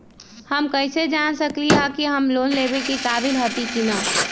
हम कईसे जान सकली ह कि हम लोन लेवे के काबिल हती कि न?